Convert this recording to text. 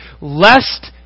lest